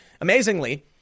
Amazingly